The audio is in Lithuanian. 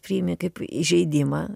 priimi kaip įžeidimą